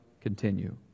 continue